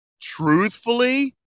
truthfully